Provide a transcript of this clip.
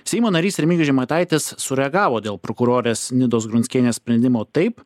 seimo narys remigijus žemaitaitis sureagavo dėl prokurorės nidos grunskienės sprendimo taip